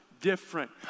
different